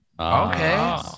Okay